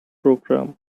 program